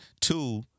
two